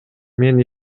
мен